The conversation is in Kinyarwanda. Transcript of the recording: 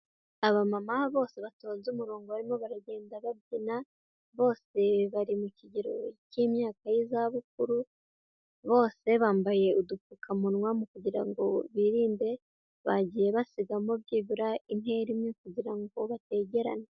Abamama bose batonze umurongo barimo baragenda babyina, bose bari mu kigero cyimyaka yizabukuru, bose bambaye udupfukamunwa kugirango birinde, bagiye basigamo byibura intera imwe kugirango bategerane.